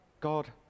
God